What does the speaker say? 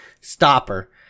stopper